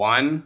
One